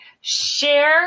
Share